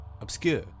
obscure